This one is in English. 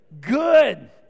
good